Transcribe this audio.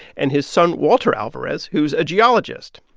and his son, walter alvarez, who's a geologist.